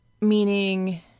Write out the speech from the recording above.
meaning